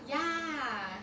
ya